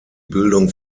bildung